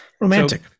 Romantic